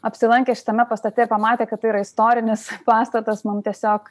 apsilankę šitame pastate ir pamatę kad tai yra istorinis pastatas mums tiesiog